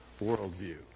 worldview